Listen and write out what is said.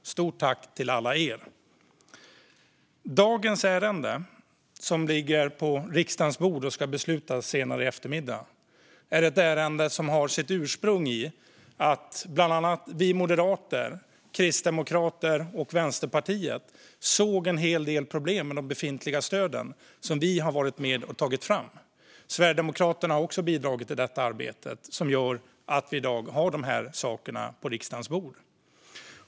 Stort tack till alla er! Dagens ärende, som ligger på riksdagens bord och ska beslutas om senare i eftermiddag, är ett ärende som har sitt ursprung i att bland annat vi moderater, kristdemokrater och Vänsterpartiet såg en hel del problem med de befintliga stöden som vi hade varit med om att ta fram. Sverigedemokraterna har också bidragit i det arbete som gör att vi i dag har dessa frågor på riksdagens bord.